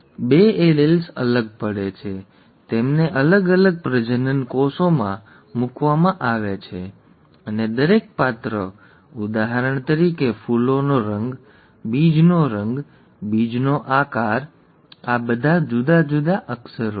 બે એલીલ્સ અલગ પડે છે તેમને અલગ અલગ પ્રજનનકોષમાં મૂકવામાં આવે છે અને દરેક પાત્ર ઉદાહરણ તરીકે ફૂલોનો રંગ બીજનો રંગ બીજનો આકાર આ બધા જુદા જુદા અક્ષરો છે